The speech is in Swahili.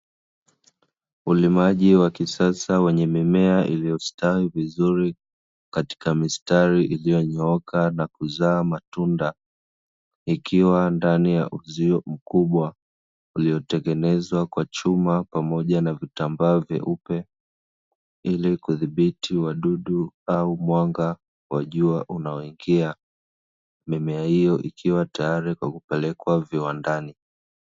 Ulimaji wa kisasa wenye mimea iliyostawi vizuri katika mistari iliyonyooka na kuzaa matunda ikiwa ndani ya uzio mkubwa uliotengenezwa kwa chuma pamoja na vitambaa vyeupe ili kudhibiti wadudu au mwanga wa jua unaoingia. Mimea hiyo ikiwa teyari kwa kupelekwa viwandani.